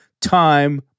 time